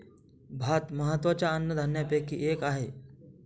भात महत्त्वाच्या अन्नधान्यापैकी एक आहे